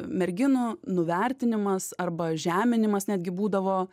merginų nuvertinimas arba žeminimas netgi būdavo